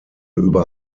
über